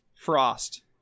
frost